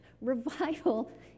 revival